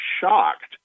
shocked